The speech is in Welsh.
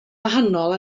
wahanol